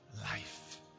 life